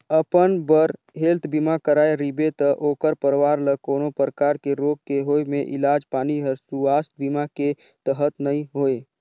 अपन बर हेल्थ बीमा कराए रिबे त ओखर परवार ल कोनो परकार के रोग के होए मे इलाज पानी हर सुवास्थ बीमा के तहत नइ होए